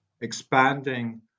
expanding